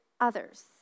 others